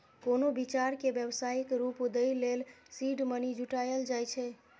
कोनो विचार कें व्यावसायिक रूप दै लेल सीड मनी जुटायल जाए छै